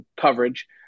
coverage